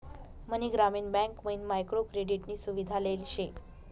मनी ग्रामीण बँक मयीन micro credit नी सुविधा लेल शे